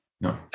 no